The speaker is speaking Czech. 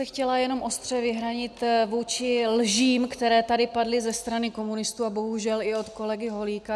Chtěla bych se jenom ostře vyhranit vůči lžím, které tady padly ze strany komunistů, a bohužel i od kolegy Holíka.